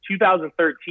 2013